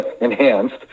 enhanced